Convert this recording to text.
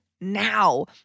now